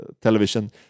Television